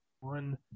One